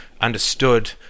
understood